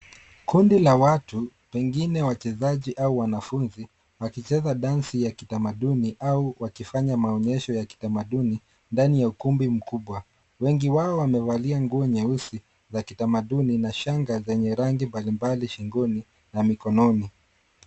Kundi la watu pengine wachezaji au wanafunzi wakicheza dansi ya kitamaduni au wakifanya maonyesho ya kitamaduni ndani ya ukumbi mkubwa. Wengi wao wamevalia nguo nyeusi za kitamaduni na shanga zenye rangi mbalimbali shingoni na mikononi.